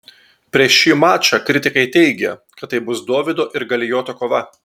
prieš šį mačą kritikai teigė kad tai bus dovydo ir galijoto kova